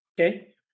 Okay